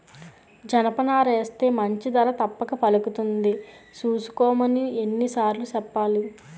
జనపనారేస్తే మంచి ధర తప్పక పలుకుతుంది సూసుకోమని ఎన్ని సార్లు సెప్పాలి?